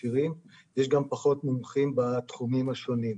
מכשירים יש גם פחות מומחים בתחומים השונים.